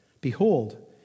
Behold